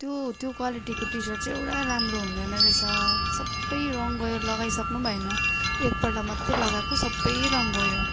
त्यो त्यो क्वालिटीको टि सर्ट चाहिँ एउटा राम्रो हुँदैन रहेछ सबै रङ गएर लगाइसक्नु भएन एकपल्ट मात्रै लगाएको सबै रङ गयो